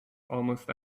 almost